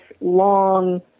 long